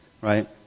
right